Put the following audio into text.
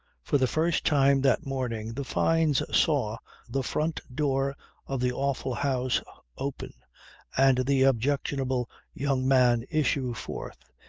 for the first time that morning the fynes saw the front door of the awful house open and the objectionable young man issue forth,